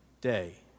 day